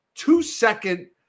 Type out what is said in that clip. two-second